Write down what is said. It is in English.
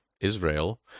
Israel